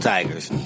Tigers